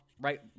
right